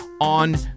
on